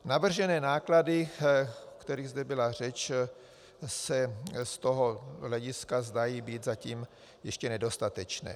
Navržené náklady, o kterých zde byla řeč, se z toho hlediska zdají být zatím nedostatečné.